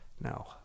No